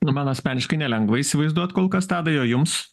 nu man asmeniškai nelengva įsivaizduot kol kas tadai o jums